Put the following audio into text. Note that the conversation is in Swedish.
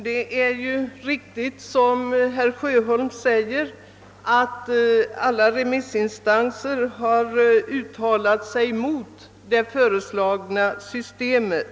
Det är riktigt, som herr Sjöholm anför, att alla remissinstanser har uttalat sig mot det föreslagna systemet.